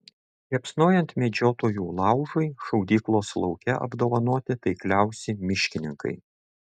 liepsnojant medžiotojų laužui šaudyklos lauke apdovanoti taikliausi miškininkai